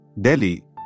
Delhi